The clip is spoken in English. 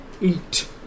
Eat